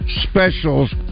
specials